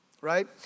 Right